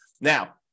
now